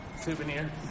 souvenir